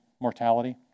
mortality